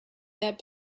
that